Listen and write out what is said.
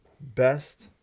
best